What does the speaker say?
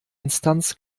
instanz